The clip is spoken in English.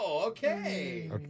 Okay